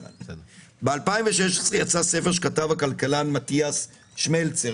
ב-2016 יצא ספר שכתב הכלכלן מתיאס שמלצר,